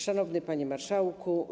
Szanowny Panie Marszałku!